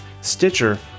Stitcher